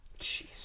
Jeez